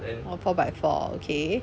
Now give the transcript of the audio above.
orh four by four okay